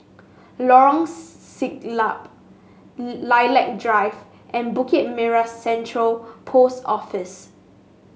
Lorong Siglap Lilac Drive and Bukit Merah Central Post Office